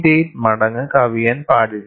8 മടങ്ങ് കവിയാൻ പാടില്ല